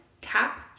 tap